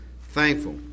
thankful